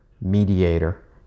mediator